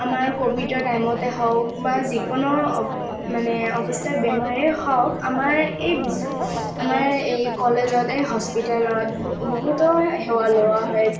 আমাৰ ক'ভিডৰ টাইমতে হওক বা যিকোনো মানে অৱস্থাৰ বেমাৰে হওক আমাৰ এই বিচ আমাৰ এই কলেজতে হস্পিতালত বহুতো সেৱা লোৱা হয়